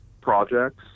projects